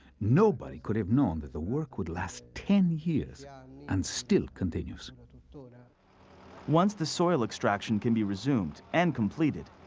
nobody could have known that the work would last ten years and still continues. and but once the soil extraction can be exhumed and completed,